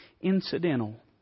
incidental